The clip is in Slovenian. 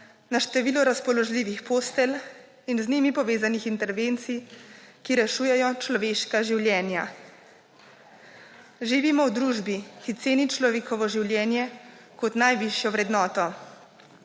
na število razpoložljivih postelj in z njimi povezanih intervencij, ki rešujejo človeška življenja. Živimo v družbi, ki ceni človekovo življenje kot najvišjo vrednoto.